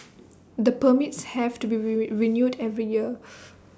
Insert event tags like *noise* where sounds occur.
*noise* the permits have to be *unintelligible* renewed every year